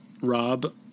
Rob